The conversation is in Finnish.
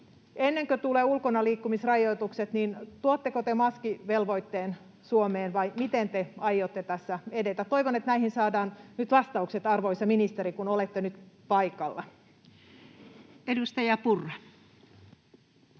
ennen kuin tulevat ulkonaliikkumisrajoitukset, niin tuotteko te maskivelvoitteen Suomeen, vai miten te aiotte tässä edetä? Toivon, että näihin saadaan vastaukset, arvoisa ministeri, kun olette nyt paikalla. [Speech 295]